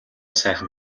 сайхан